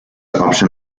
option